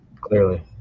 clearly